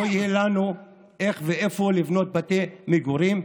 לא יהיה לנו איך ואיפה לבנות בתי מגורים,